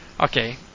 Okay